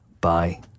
Bye